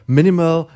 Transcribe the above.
Minimal